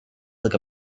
look